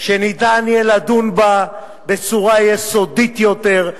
שניתן יהיה לדון בה בצורה יסודית יותר,